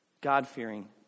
God-fearing